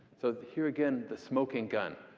so, here again, the smoking gun.